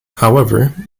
however